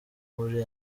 muri